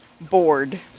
Bored